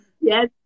Yes